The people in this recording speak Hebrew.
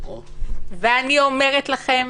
ואני אומרת לכם